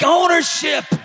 ownership